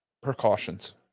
precautions